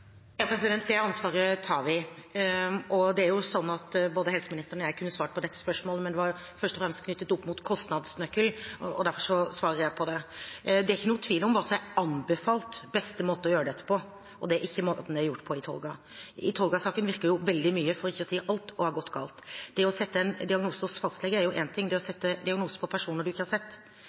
Det ansvaret tar vi. Det er jo sånn at både helseministeren og jeg kunne ha svart på dette spørsmålet, men det var først og fremst knyttet opp mot kostnadsnøkkel, derfor svarer jeg på det. Det er ikke noen tvil om hva som er den anbefalt beste måte å gjøre dette på, og det er ikke måten det er gjort på i Tolga. I Tolga-saken virker veldig mye – for ikke å si alt – å ha gått galt. Det å sette en diagnose hos fastlege er én ting, det å sette diagnose på personer en ikke har sett,